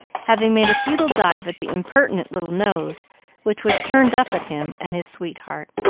having made a futile dive at the impertinent little nose which was turned up at him and his sweetheart.